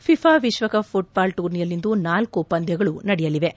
FIFA world cup football ಟೂರ್ನಿಯಲ್ಲಿಂದು ನಾಲ್ಕು ಪಂದ್ಯಗಳು ನಡೆಯಲಿವೆ